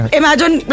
imagine